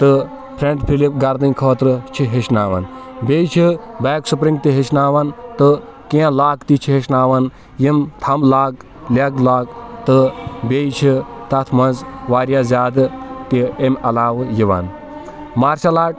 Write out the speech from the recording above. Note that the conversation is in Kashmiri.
تہٕ فرٛینٛٹ فِلِپ گَردَنۍ خٲطرٕ چھِ ہیچھناوان بیٚیہِ چھِ بیک سُپرِنٛگ تہِ ہیچھناوان تہٕ کیٚنٛہہ لاک تہِ چھِ ہیٚچھناوان یِم تَھم لاک لٮ۪گ لاک تہٕ بیٚیہِ چھِ تَتھ منٛز واریاہ زیادٕ تہِ أمۍ عَلاوٕ تہِ یِوان مارشل آٹ